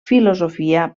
filosofia